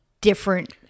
different